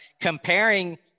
comparing